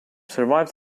survived